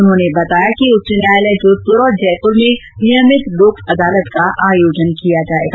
उन्होंने बताया कि उच्च न्यायालय जोधपुर और जयपुर में नियमित लोक अदालत का आयोजन होगा